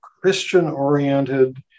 Christian-oriented